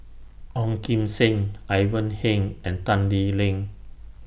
Ong Kim Seng Ivan Heng and Tan Lee Leng